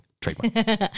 trademark